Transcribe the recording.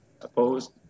Opposed